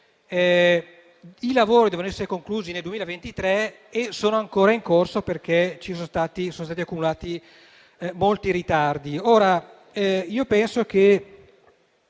I lavori dovevano essere conclusi nel 2023 e sono ancora in corso, perché sono stati accumulati molti ritardi.